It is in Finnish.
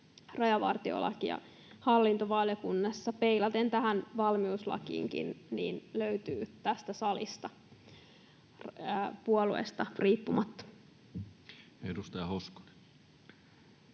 rajavartiolakia hallintovaliokunnassa peilaten tähän valmiuslakiinkin, se yhteinen tahtotila löytyy tästä salista puolueesta riippumatta. [Speech